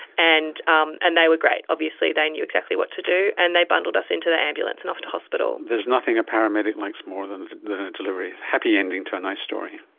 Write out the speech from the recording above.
and um and they were great, obviously they knew exactly what to do, and they bundled us into the ambulance and off to hospital. there's nothing a paramedic likes more than a delivery, a happy ending to a nice story.